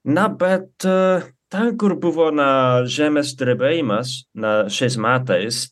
na bet ten kur buvo na žemės drebėjimas na šiais metais